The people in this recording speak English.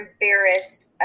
embarrassed